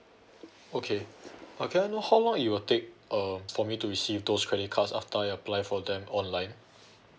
okay uh I know how long it will take uh for me to receive those credit cards after I've apply for them online